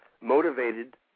motivated